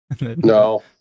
No